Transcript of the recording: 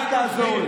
אל תעזור לי.